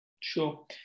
Sure